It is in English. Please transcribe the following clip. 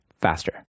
faster